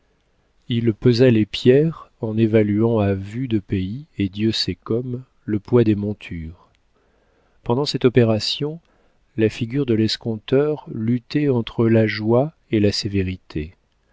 il pesa les pierres en évaluant à vue de pays et dieu sait comme le poids des montures pendant cette opération la figure de l'escompteur luttait entre la joie et la sévérité